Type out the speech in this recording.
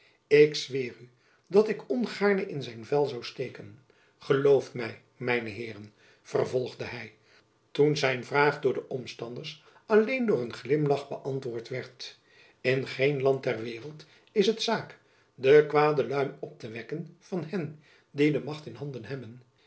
ik zweer u dat ik ongaarne in zijn vel zoû steken gelooft my mijne heeren vervolgde hy toen zijn vraag door de omstanders alleen door een glimlach beantwoord werd in geen land ter waereld is het zaak den kwaden luim op te wekken van hen die de macht in handen hebben